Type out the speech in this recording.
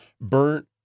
Burnt